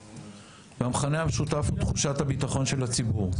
והמכנה המשותף הוא תחושת הביטחון של הציבור,